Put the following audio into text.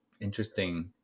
Interesting